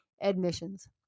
admissions